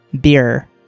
beer